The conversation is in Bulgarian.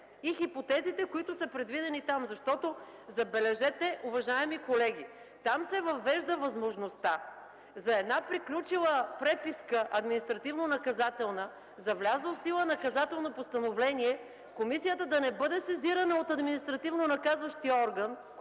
и хипотезите, които са предвидени там. Забележете, уважаеми колеги, там се въвежда възможността за една приключила административнонаказателна преписка, за влязло в сила наказателно постановление, комисията да не бъде сезирана от административно наказващия орган,